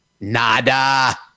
Nada